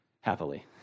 happily